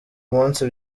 munsi